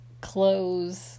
clothes